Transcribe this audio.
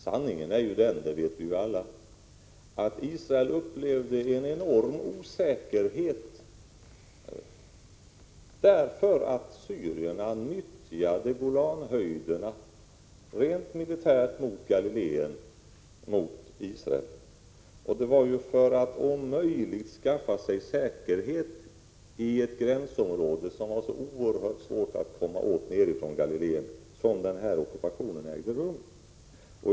Sanningen är, som vi alla vet, att Israel upplevde en enorm osäkerhet därför att Syrien rent militärt nyttjade Golanhöjderna mot Galiléen och Israel. Det var för att om möjligt skaffa sig säkerhet i ett gränsområde, som var så oerhört svårt att komma åt från Galiléen, som den här ockupationen ägde rum.